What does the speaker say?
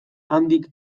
handik